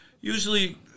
usually